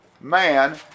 man